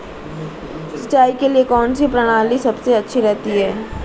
सिंचाई के लिए कौनसी प्रणाली सबसे अच्छी रहती है?